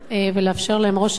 ולאפשר להם ראש שקט,